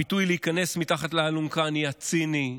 הביטוי "להיכנס מתחת לאלונקה" נהיה ציני,